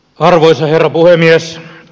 arvoisa herra puhemies